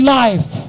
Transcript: life